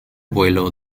vuelo